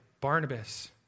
Barnabas